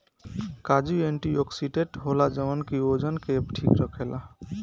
काजू एंटीओक्सिडेंट होला जवन की ओजन के ठीक राखेला